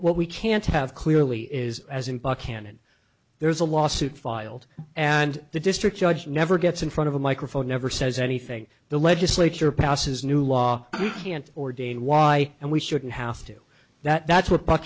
what we can't have clearly is as in buckhannon there's a lawsuit filed and the district judge never gets in front of a microphone never says anything the legislature passes new law you can't ordain why and we shouldn't have to that that's what bu